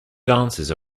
dances